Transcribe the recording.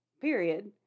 period